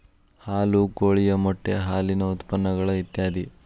ಹಾಲು ಕೋಳಿಯ ಮೊಟ್ಟೆ ಹಾಲಿನ ಉತ್ಪನ್ನಗಳು ಇತ್ಯಾದಿ